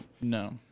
No